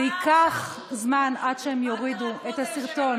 זה ייקח זמן עד שהם יורידו את הסרטון